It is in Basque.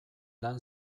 lan